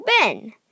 Ben